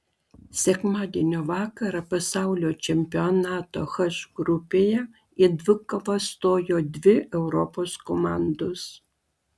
sekmadienio vakarą pasaulio čempionato h grupėje į dvikovą stojo dvi europos komandos